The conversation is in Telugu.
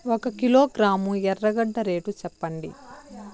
ఒక కిలోగ్రాము ఎర్రగడ్డ రేటు సెప్పండి?